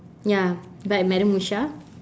ya by madam musha